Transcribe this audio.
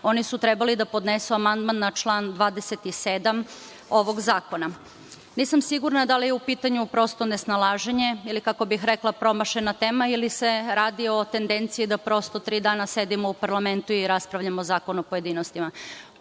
oni su trebali da podnesu amandman na član 27. ovog zakona. Nisam sigurna da li je u pitanju prosto nesnalaženje ili, kako bih rekla, promašena tema ili se radi o tendenciji da prosto tri dana sedimo u parlamentu i raspravljamo zakon u pojedinostima. Još